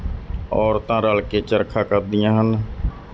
ਔਰਤਾਂ ਰਲ ਕੇ ਚਰਖਾ ਕੱਤਦੀਆਂ ਹਨ